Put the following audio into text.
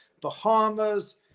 Bahamas